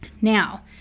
Now